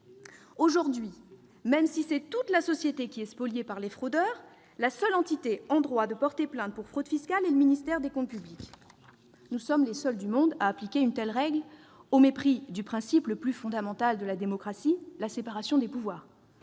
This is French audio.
Aujourd'hui, même si c'est toute la société qui est spoliée par les fraudeurs, la seule entité en droit de porter plainte pour fraude fiscale est le ministère des comptes publics. Nous sommes les seuls dans le monde à appliquer une telle règle, au mépris du principe le plus fondamental de la démocratie : la séparation des pouvoirs.